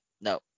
No